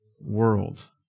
world